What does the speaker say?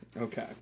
Okay